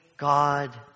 God